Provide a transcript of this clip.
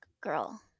girl